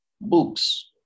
books